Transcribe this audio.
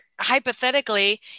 hypothetically